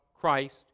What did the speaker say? Christ